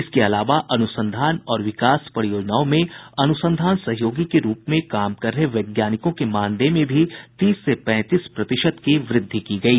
इसके अलावा अनुसंधान और विकास परियोजनाओं में अनुसंधान सहयोगी के रूप में काम कर रहे वैज्ञानिकों के मानदेय में भी तीस से पैंतीस प्रतिशत की वृद्धि की गई है